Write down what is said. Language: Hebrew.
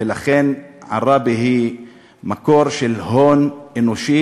ולכן עראבה היא מקור של הון אנושי,